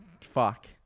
Fuck